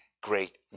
great